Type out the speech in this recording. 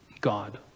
God